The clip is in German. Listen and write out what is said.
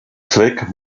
zweck